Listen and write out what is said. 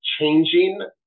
changing